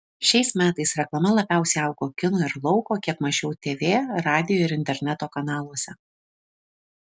šiais metais reklama labiausiai augo kino ir lauko kiek mažiau tv radijo ir interneto kanaluose